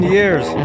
years